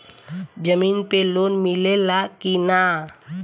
जमीन पे लोन मिले ला की ना?